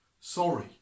Sorry